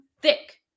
thick